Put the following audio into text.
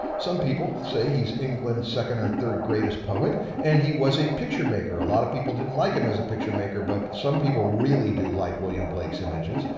some people say he's england's second or third greatest poet and he was a picture maker. a lot of people didn't like him as a picture maker but some people really do like william blake's images,